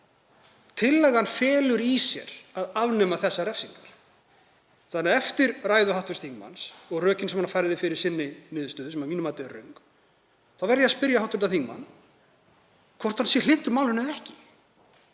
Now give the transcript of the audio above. refsingar? Tillagan felur í sér að afnema þessar refsingar þannig að eftir ræðu hv. þingmanns og rökin sem hann færði fyrir sinni niðurstöðu, sem er að mínu mati röng, þá verð ég að spyrja hv. þingmann hvort hann sé hlynntur málinu eða ekki.